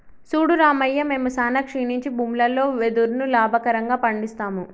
సూడు రామయ్య మేము సానా క్షీణించి భూములలో వెదురును లాభకరంగా పండిస్తాము